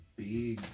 big